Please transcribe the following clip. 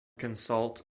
consult